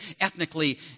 ethnically